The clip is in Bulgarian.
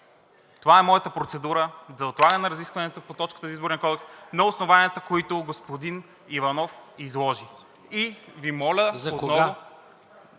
Това е моята процедура за отлагане на разискванията по точката за Изборния кодекс на основанията, които господин Иванов изложи. ПРЕДСЕДАТЕЛ